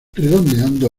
redondeado